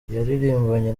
yaririmbanye